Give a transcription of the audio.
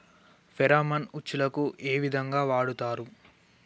Pheromone ఉచ్చులకు ఏ విధంగా వాడుతరు?